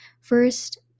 First